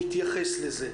ונתייחס לזה.